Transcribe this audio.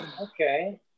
Okay